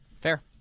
Fair